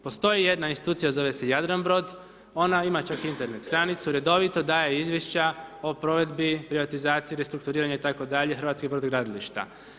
Postoji jedna institucija, zove se Jadranbrod, ona ima čak Internet stranicu, redovito daje izvješća o provedbi privatizacije, restrukturiranju itd. hrvatskih brodogradilišta.